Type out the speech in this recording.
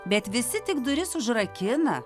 bet visi tik duris užrakina